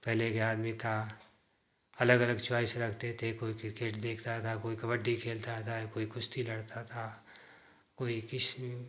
पहले के आदमी था अलग अलग चॉइस रखते थे कोई किर्केट देखता था कोई कबड्डी खेलता था कोई कुश्ती लड़ता था कोई किशो